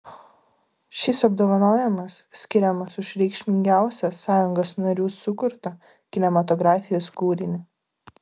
šis apdovanojimas skiriamas už reikšmingiausią sąjungos narių sukurtą kinematografijos kūrinį